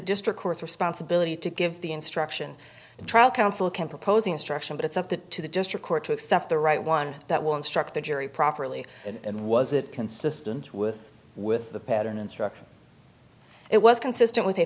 district court responsibility to give the instruction the trial counsel can propose instruction but it's up to the district court to accept the right one that will instruct the jury properly and was it consistent with with the pattern instruction it was consistent with a